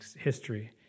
history